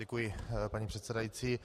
Děkuji, paní předsedající.